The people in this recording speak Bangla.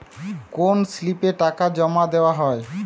কোন স্লিপে টাকা জমাদেওয়া হয়?